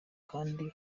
kandi